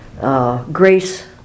Grace